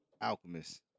Alchemist